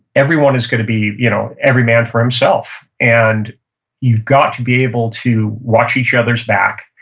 everyone is going to be you know every man for himself, and you've got to be able to watch each other's back,